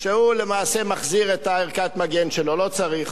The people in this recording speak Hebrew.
שהוא למעשה מחזיר את ערכת המגן שלו, לא צריך.